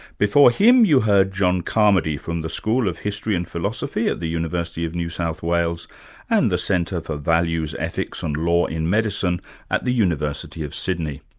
before him you heard john carmody from the school of history and philosophy at the university of new south wales and the centre for values, ethics and law in medicine at the university of sydney.